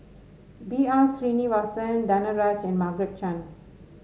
B R Sreenivasan Danaraj and Margaret Chan